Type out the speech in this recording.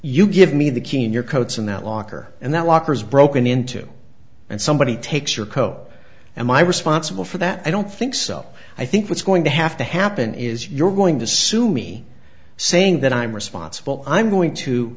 you give me the key in your coats in that locker and that locker is broken into and somebody takes your co am i responsible for that i don't think so i think what's going to have to happen is you're going to sue me saying that i'm responsible i'm going to